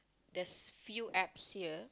there's few apps here